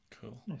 cool